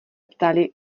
ptali